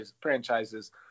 franchises